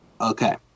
okay